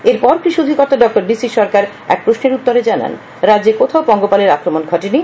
এরপর কৃষি অধিকর্তা ডঃ ডিসি সরকার এক প্রশ্নের উত্তরে জানান রাজ্যে কোথাও পঙ্গপালের আক্রমণ হয়নি